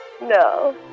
No